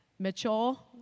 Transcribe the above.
Mitchell